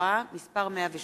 התעבורה (מס' 108)